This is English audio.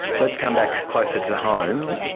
let's come back closer to home.